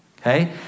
okay